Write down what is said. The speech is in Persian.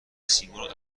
سیمرغ